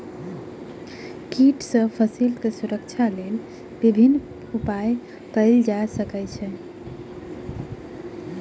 कीट सॅ फसीलक सुरक्षाक लेल विभिन्न उपाय कयल जा सकै छै